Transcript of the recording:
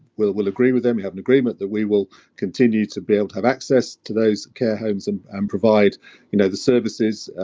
will, will agree with them. we have an agreement that we will continue to be able to have access to those care homes and and provide you know the services,